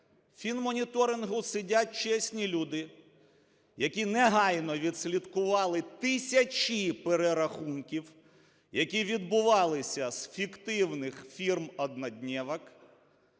фінмоніторингу сидять чесні люди, які негайно відслідкували тисячі перерахунків, які відбувалися з фіктивних фірм-одноднєвок.